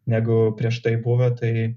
negu prieš tai buvę tai